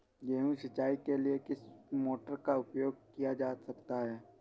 गेहूँ सिंचाई के लिए किस मोटर का उपयोग किया जा सकता है?